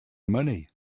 money